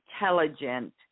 intelligent